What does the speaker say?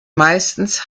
meistens